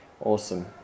Awesome